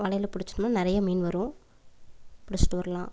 வலையில் பிடிச்சோம்ன்னா நிறைய மீன் வரும் பிடிச்சிட்டு வரலாம்